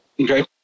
Okay